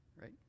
right